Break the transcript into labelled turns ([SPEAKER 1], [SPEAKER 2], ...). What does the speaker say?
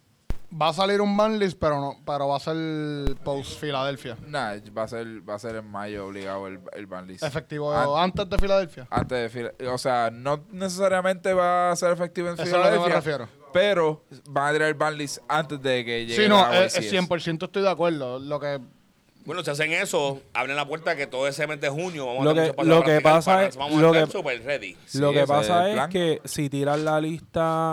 [SPEAKER 1] Va a salir un ban list, pero no- pero va a ser post-Filadelfia.
[SPEAKER 2] Nah, va a ser- va a ser en mayo obligado el- el ban list.
[SPEAKER 1] Efectivo,
[SPEAKER 2] An-
[SPEAKER 1] antes de Filadelfia.
[SPEAKER 2] Antes de Fila- o sea, no necesariamente va a ser efectivo en
[SPEAKER 1] Eso es lo que me
[SPEAKER 2] Filadelfia,
[SPEAKER 1] refiero.
[SPEAKER 2] pero van a tirar el ban list antes de que llegue
[SPEAKER 1] Sí, no,
[SPEAKER 2] la
[SPEAKER 1] eh, eh,
[SPEAKER 2] OSIS.
[SPEAKER 1] 100% estoy de acuerdo. Lo que-
[SPEAKER 3] Bueno, si hacen eso, abren la puerta que todo ese mes de junio vamos a
[SPEAKER 4] Lo
[SPEAKER 3] hacer
[SPEAKER 4] que-
[SPEAKER 3] mucho para practicar
[SPEAKER 4] lo
[SPEAKER 3] para
[SPEAKER 4] que
[SPEAKER 3] Filadelfia.
[SPEAKER 4] pasa es-
[SPEAKER 3] Vamos a
[SPEAKER 4] lo
[SPEAKER 3] estar
[SPEAKER 4] que-
[SPEAKER 3] super ready.
[SPEAKER 4] lo
[SPEAKER 2] Sí,
[SPEAKER 4] que
[SPEAKER 2] ese es el
[SPEAKER 4] pasa es
[SPEAKER 2] plan.
[SPEAKER 4] que si tiran la lista-